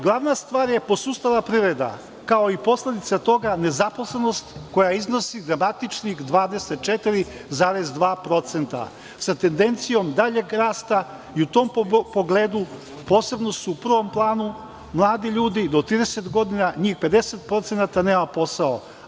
Glavna stvar je posustala privreda, kao i posledica toga, nezaposlenost koja iznosi dramatičnih 24,2% sa tendencijom daljeg rasta, i u tom pogledu posebno su u prvom planu mladi ljudi do 30 godina, njih 50% nema posao.